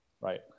Right